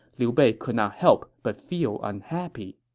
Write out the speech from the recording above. liu bei could not help but feel unhappy